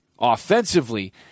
offensively